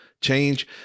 change